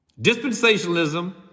Dispensationalism